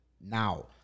now